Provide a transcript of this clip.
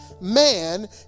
man